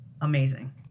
amazing